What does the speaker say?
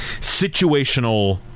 situational